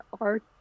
art